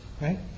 Right